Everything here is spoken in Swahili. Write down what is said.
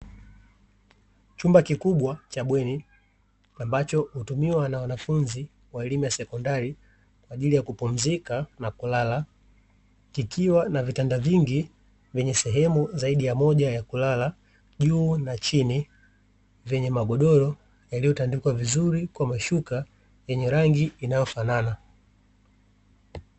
Chumba kikubwa cha bweni ambacho hutumiwa na wanafunzi wa elimu ya sekondari kwa ajili ya kupumzika na kulala, kikiwa na vitanda vingi vyenye sehemu zaidi ya moja ya kulala juu na chini, vyenye magodoro yaliyotandikwa vizuri kwa mashuka yenye rangi inayofanana.